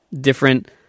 different